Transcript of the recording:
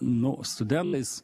nu studentais